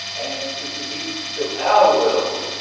and it leads to our world,